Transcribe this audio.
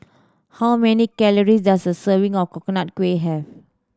how many calories does a serving of Coconut Kuih have